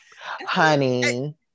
Honey